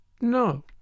No